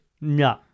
No